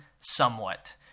somewhat